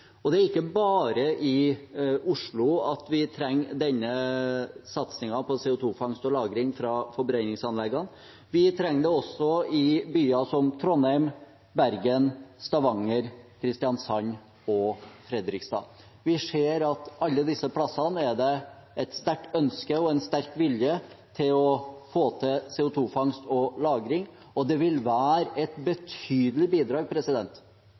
Og det er ikke bare i Oslo at vi trenger denne satsingen på CO 2 -fangst og -lagring fra forbrenningsanleggene. Vi trenger det også i byer som Trondheim, Bergen, Stavanger, Kristiansand og Fredrikstad. Vi ser at det alle disse stedene er et sterkt ønske om og en sterk vilje til å få til CO 2 -fangst og -lagring, og det vil være et betydelig bidrag